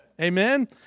Amen